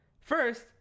First